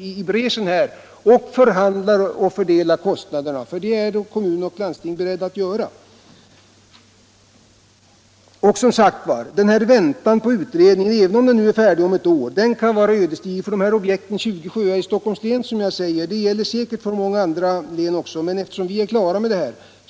i bräschen och förhandlar och fördelar kostnaderna. Kommun och landsting är beredda att vara med på detta. Denna väntan på utredningen, även om den nu är färdig om ett år, kan som sagt vara ödesdiger för de 20 sjöar i Stockholms län som jag har talat om. Detsamma gäller säkert också för sjöar i många andra län.